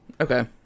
Okay